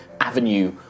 avenue